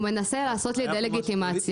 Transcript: הוא מנסה לעשות לי דה-לגיטימציה.